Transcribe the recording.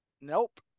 Nope